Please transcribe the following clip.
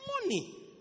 Money